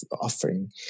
offering